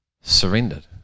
surrendered